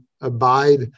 Abide